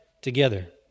together